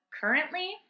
currently